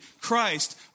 Christ